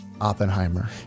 Oppenheimer